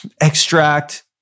extract